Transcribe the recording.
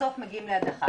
ובסוף מגיעים להדחה.